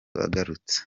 agarutse